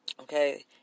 Okay